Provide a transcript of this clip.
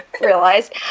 realized